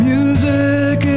Music